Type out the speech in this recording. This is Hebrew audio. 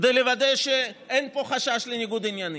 כדי לוודא שאין פה חשש לניגוד עניינים?